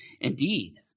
Indeed